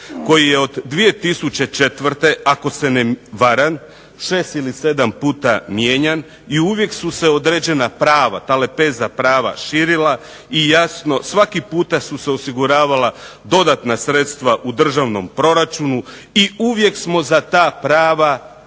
koji je od 2004. ako se ne varam 6 ili 7 puta mijenjan, i uvijek su se određena prava, ta lepeza prava širila i jasno svaki puta su se osiguravala dodatna sredstva u državnom proračunu, i uvijek smo za ta prava konsenzualno